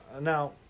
Now